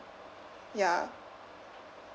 ya